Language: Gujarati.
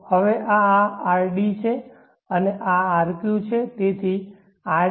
હવે આ rd છે અને આ rqછે જેથી તે rdjrq